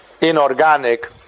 inorganic